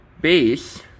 base